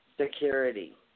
security